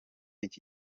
iki